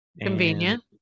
Convenient